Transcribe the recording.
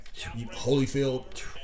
Holyfield